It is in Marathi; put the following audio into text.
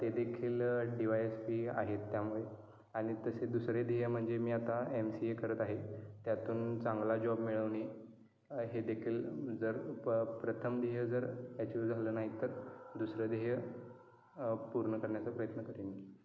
तेदेखील डी वाय एस पी आहेत त्यामुळे आणि तसे दुसरे ध्येय म्हणजे मी आता एम सी ए करत आहे त्यातून चांगला जॉब मिळवणे हेदेखील जर प प्रथम ध्येय जर ॲचिव्ह झालं नाही तर दुसरं ध्येय पूर्ण करण्याचा प्रयत्न करेन मी